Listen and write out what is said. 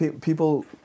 people